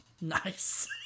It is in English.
Nice